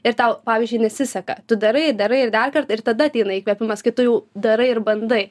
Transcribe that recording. ir tau pavyzdžiui nesiseka tu darai darai ir dar kartą ir tada ateina įkvėpimas kai tu jau darai ir bandai